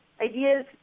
ideas